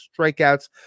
strikeouts